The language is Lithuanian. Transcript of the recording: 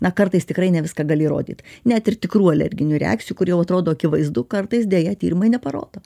na kartais tikrai ne viską gali įrodyt net ir tikrų alerginių reakcijų kur jau atrodo akivaizdu kartais deja tyrimai neparodo